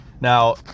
Now